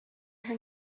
her